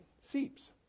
seeps